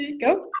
go